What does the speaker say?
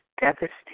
devastating